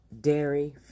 dairy